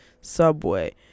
Subway